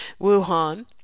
Wuhan